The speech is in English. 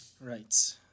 Right